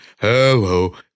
hello